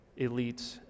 elites